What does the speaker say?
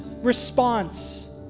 response